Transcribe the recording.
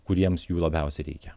kuriems jų labiausiai reikia